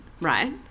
Right